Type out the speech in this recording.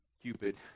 Cupid